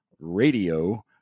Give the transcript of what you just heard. radio